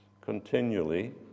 continually